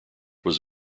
was